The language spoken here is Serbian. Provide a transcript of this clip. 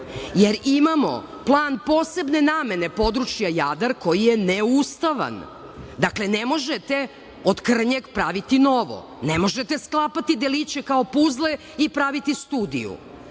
Imamo plan posebne namene područja Jadar koji je ne ustavan. Ne možete od krnjeg praviti novo. Ne možete sklapati deliće kao puzle i praviti studiju. Takođe